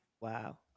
Wow